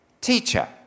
teacher